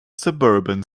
suburban